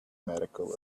medical